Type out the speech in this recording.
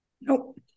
Nope